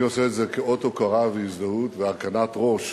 אני עושה את זה כאות הוקרה והזדהות והרכנת ראש